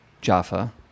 Jaffa